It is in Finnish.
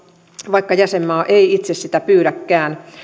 vaikka jäsenmaa ei itse sitä pyydäkään